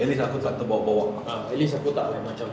at least aku tak terbawa-bawa ah at least aku tak like macam